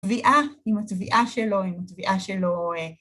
טביעה, עם הטביעה שלו, עם הטביעה שלו.